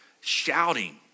shouting